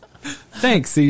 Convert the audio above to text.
Thanks